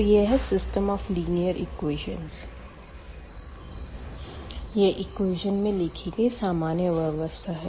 तो यह है सिस्टम ऑफ लीनियर इक्वेशन यह इक्वेशन में लिखी गई सामान्य व्यवस्था है